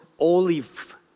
olive